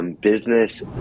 Business